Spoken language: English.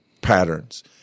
patterns